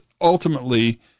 ultimately